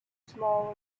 small